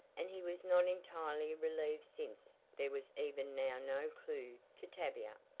and he was not entirely relieved since there was even now no clew to tavia.